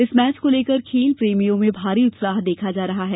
इस मैच को लेकर खेल प्रेमियों में भारी उत्साह देखा जा रहा है